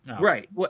Right